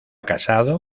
casado